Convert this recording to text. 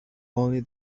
only